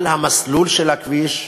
על המסלול של הכביש.